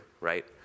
right